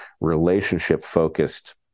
relationship-focused